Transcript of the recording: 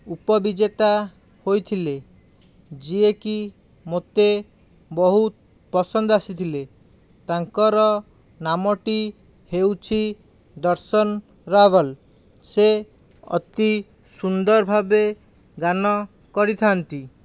ଉପ ବିଜେତା ହୋଇଥିଲେ ଯିଏକି ମୋତେ ବହୁତ ପସନ୍ଦ ଆସିଥିଲେ ତାଙ୍କର ନାମଟି ହେଉଛି ଦର୍ଶନ ରାବଲ ସେ ଅତି ସୁନ୍ଦର ଭାବେ ଗାନ କରିଥାନ୍ତି